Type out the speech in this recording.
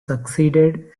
succeeded